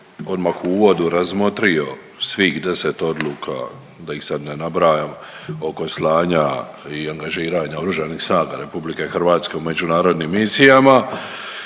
odmah u uvodu razmotrio svih 10 odluka da ih sad ne nabrajam oko slanja i angažiranja oružanih snaga RH u međunarodnim misijama